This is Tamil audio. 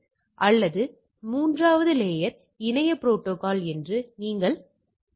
எனவே இது எதிர்பார்க்கப்படும் அதிர்வெண்களுக்கு எதிராக இருக்கும் உண்மையான அதிர்வெண்கள் ஆகும்